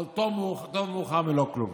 אבל טוב מאוחר מלא כלום.